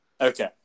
Okay